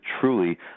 truly